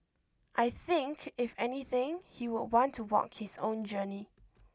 I think if anything he would want to walk his own journey